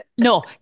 No